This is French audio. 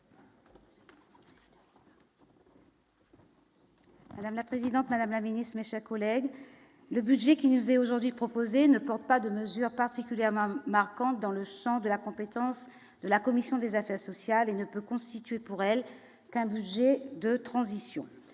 sociales. La présidente, Madame la Ministre, mes chats collègues le budget qui nous est aujourd'hui proposé ne porte pas de mesures particulièrement marquantes dans le sens de la compétence de la commission des affaires sociales et ne peut constituer pour elles qu'un budget de transition,